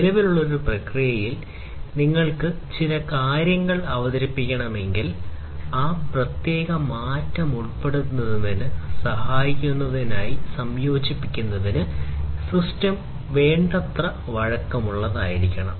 നിലവിലുള്ള ഒരു പ്രക്രിയയിൽ നിങ്ങൾക്ക് ചില കാര്യങ്ങൾ അവതരിപ്പിക്കണമെങ്കിൽ ആ പ്രത്യേക മാറ്റം ഉൾപ്പെടുത്തുന്നതിന് സഹായിക്കുന്നതിനായി സംയോജിപ്പിക്കുന്നതിന് സിസ്റ്റം വേണ്ടത്ര വഴക്കമുള്ളതായിരിക്കണം